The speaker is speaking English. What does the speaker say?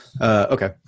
Okay